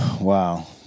Wow